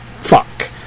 fuck